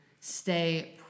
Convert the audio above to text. stay